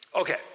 Okay